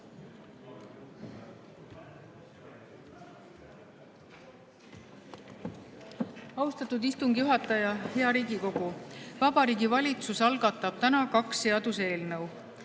Austatud istungi juhataja! Hea Riigikogu! Vabariigi Valitsus algatab täna kaks seaduseelnõu.